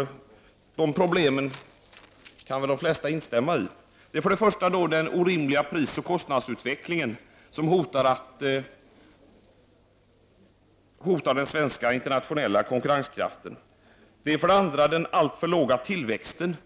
Att de problemen finns kan de flesta instämma i. För det första är det den orimliga prisoch kostnadsutveckling som hotar den svenska internationella konkurrenskraften. För det andra är det den alltför låga tillväxten.